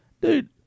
Dude